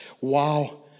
Wow